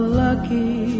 lucky